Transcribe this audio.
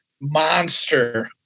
monster